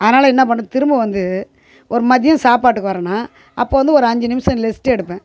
அதனால் என்ன பண்ணுறது திரும்ப வந்து ஒரு மதியம் சாப்பாட்டுக்கு வரேனால் அப்போது வந்து ஒரு அஞ்சு நிமிஷம் லெஸ்ட்டு எடுப்பேன்